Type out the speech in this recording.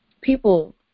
People